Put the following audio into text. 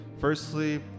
firstly